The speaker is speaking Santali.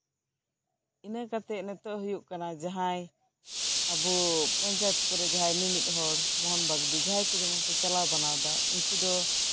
ᱤᱱᱟᱹ ᱠᱟᱛᱮᱜ ᱱᱤᱛᱚᱜ ᱦᱩᱭᱩᱜ ᱠᱟᱱᱟ ᱡᱟᱸᱦᱟᱭ ᱟᱵᱚ ᱯᱚᱧᱪᱟᱭᱮᱛ ᱠᱚᱨᱮᱜ ᱢᱤᱢᱤᱫ ᱦᱚᱲ ᱢᱚᱱ ᱵᱟᱜᱫᱤ ᱡᱟᱸᱦᱟᱭ ᱠᱚ ᱡᱮᱢᱚᱱ ᱠᱚ ᱪᱟᱞᱟᱣ ᱵᱟᱱᱟᱣᱫᱟ ᱩᱱᱠᱩ ᱫᱚ